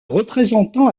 représentant